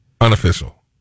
unofficial